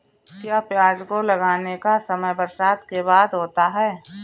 क्या प्याज को लगाने का समय बरसात के बाद होता है?